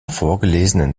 vorgelesenen